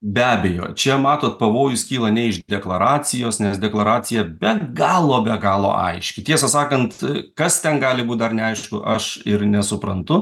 be abejo čia matot pavojus kyla ne iš deklaracijos nes deklaracija bet galo be galo aiški tiesą sakant kas ten gali būt dar neaišku aš ir nesuprantu